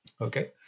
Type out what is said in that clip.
Okay